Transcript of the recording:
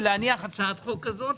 ולהניח הצעת חוק כזאת.